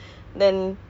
ah